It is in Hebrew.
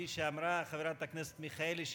כפי שאמרה חברת הכנסת מיכאלי,